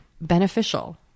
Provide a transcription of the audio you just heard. beneficial